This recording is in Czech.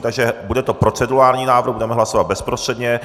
Takže bude to procedurální návrh, budeme hlasovat bezprostředně.